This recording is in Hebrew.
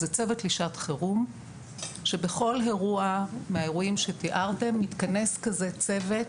זה צוות לשעת חירום שבכל אירוע מהאירועים שתיארתם מתכנס כזה צוות